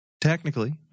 Technically